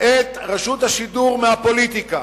את רשות השידור מהפוליטיקה.